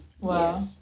Wow